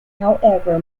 however